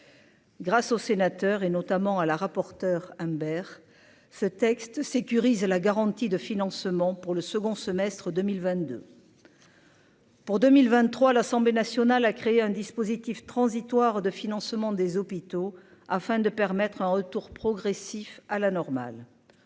Grâce aux sénateurs, et notamment à la rapporteure Imbert ce texte sécurisent la garantie de financement pour le second semestre 2022. Pour 2023, à l'Assemblée nationale a créé un dispositif transitoire de financement des hôpitaux afin de permettre un retour progressif à la normale.